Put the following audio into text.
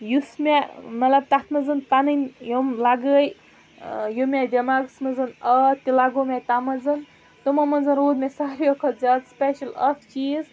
یُس مےٚ مطلب تَتھ منٛز پَنٕنۍ یِم لَگٲے یِم مےٚ دٮ۪ماغَس منٛزَن آو تہِ لَگو مےٚ تَتھ منٛز تِمو منٛزٕ روٗد مےٚ ساروِیو کھۄتہٕ زیادٕ سٕپیشَل اَکھ چیٖز